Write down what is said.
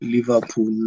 Liverpool